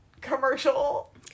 commercial